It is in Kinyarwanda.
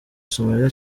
somalia